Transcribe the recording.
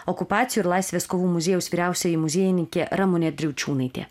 okupacijų ir laisvės kovų muziejaus vyriausioji muziejininkė ramunė driaučiūnaitė